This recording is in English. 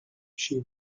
she